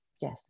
yes